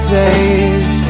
days